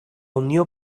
unió